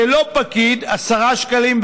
ללא פקיד, 10.4 שקלים.